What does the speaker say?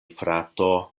frato